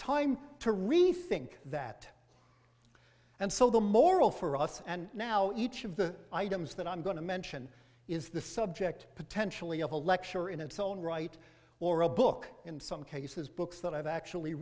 time to rethink that and so the moral for us and now each of the items that i'm going to mention is the subject potentially of a lecture in its own right or a book in some cases books that i've actually